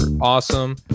awesome